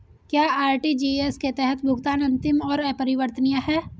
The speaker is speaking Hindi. क्या आर.टी.जी.एस के तहत भुगतान अंतिम और अपरिवर्तनीय है?